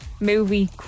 movie